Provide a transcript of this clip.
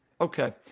Okay